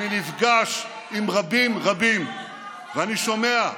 אני נפגש עם רבים רבים ואני שומע.